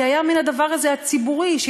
כי היה הדבר הציבורי הזה,